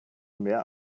mehr